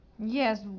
Yes